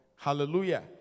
Hallelujah